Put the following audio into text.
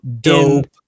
dope